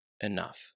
enough